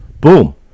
Boom